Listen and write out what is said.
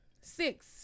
Six